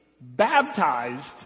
baptized